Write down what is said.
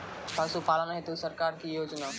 पशुपालन हेतु सरकार की योजना?